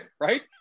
right